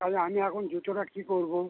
তাহলে আমি এখন জুতোটা কী করবো